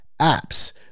apps